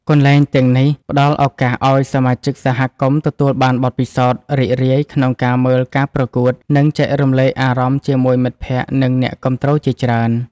កន្លែងទាំងនេះផ្តល់ឱកាសឱ្យសមាជិកសហគមន៍ទទួលបានបទពិសោធន៍រីករាយក្នុងការមើលការប្រកួត និងចែករំលែកអារម្មណ៍ជាមួយមិត្តភក្តិ និងអ្នកគាំទ្រជាច្រើន។